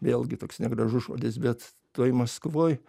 vėlgi toks negražus žodis bet toj maskvoj